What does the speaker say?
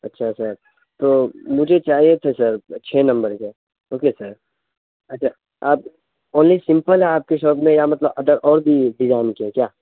اچھا سر تو مجھے چاہیے تھے سر چھ نمبر کے اوکے سر اچھا آپ اونلی سمپل ہے آپ کی شاپ میں یا مطلب ادر اور بھی ڈزائن کے ہیں کیا